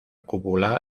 cúpula